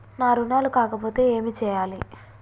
నా రుణాలు కాకపోతే ఏమి చేయాలి?